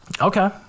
okay